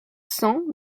cent